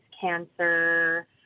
cancer